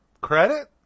credit